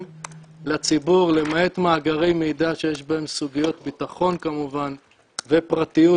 לציבור למעט מאגרי מידע שיש בהם סוגיות ביטחון כמובן ופרטיות,